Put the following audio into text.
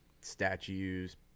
statues